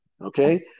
okay